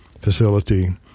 facility